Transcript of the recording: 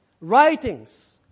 writings